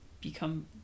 become